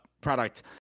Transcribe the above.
product